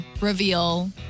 reveal